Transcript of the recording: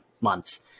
months